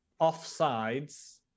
offsides